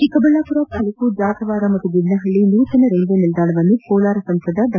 ಚಿಕ್ಕಬಳ್ಳಾಪುರ ತಾಲ್ಲೂಕು ಜಾತವಾರ ಹಾಗೂ ಗಿಡ್ನಪಳ್ಳ ನೂತನ ರೈದ್ವೆ ನಿಲ್ದಾಣವನ್ನು ಕೋಲಾರ ಸಂಸದ ಡಾ